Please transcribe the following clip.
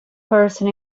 person